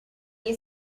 you